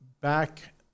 back